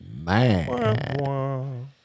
Man